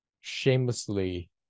shamelessly